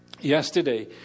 Yesterday